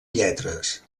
lletres